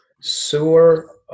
Sewer